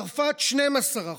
צרפת, 12%,